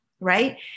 right